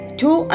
two